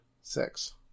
Six